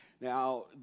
Now